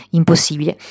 impossibile